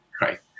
right